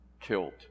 killed